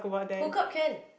hook up can